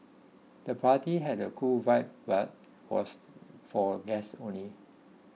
the party had a cool vibe but was for guests only